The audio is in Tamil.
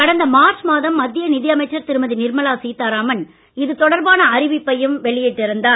கடந்த மார்ச் மாதம் மத்திய நிதியமைச்சர் திருமதி நிர்மலா சீதாராமன் இது தொடர்பான அறிவிப்பையும் வெளியிட்டிருந்தார்